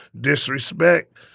disrespect